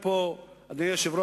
אדוני היושב-ראש,